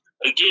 again